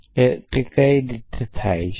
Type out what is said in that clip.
અને હું તે કેવી રીતે કરી શકું